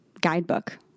guidebook